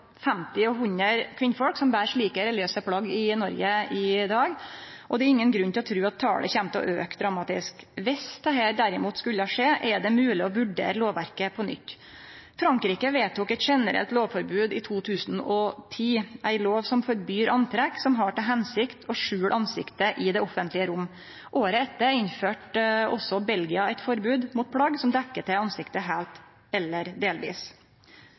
50 og 100 kvinnfolk ber slike religiøse plagg i Noreg i dag, og det er ingen grunn til å tru at talet kjem til å auke dramatisk. Viss dette derimot skulle skje, er det mogleg å vurdere lovverket på nytt. Frankrike vedtok eit generelt lovforbod i 2010, ei lov som forbyr antrekk som har til hensikt å skjule ansiktet i det offentlege rom. Året etter innførte også Belgia eit forbod mot plagg som dekkjer til ansiktet heilt eller delvis.